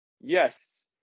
Yes